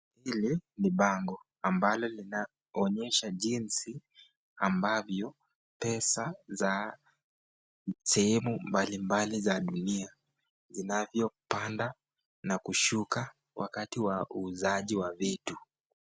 Hili ni bango ambalo linaonyesha jinsi ambavyo pesa za sehemu mbalimbali za dunia zinazopanda na kushuka wakati wa uuzaji wa vitu.